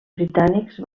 britànics